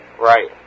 right